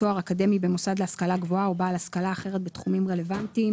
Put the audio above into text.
תואר אקדמי במוסד להשכלה גבוהה או בעל השכלה אחרת בתחומים רלוונטיים,